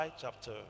chapter